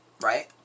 right